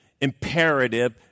imperative